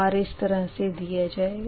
R इस तरह से दिया जाएगा